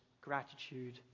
gratitude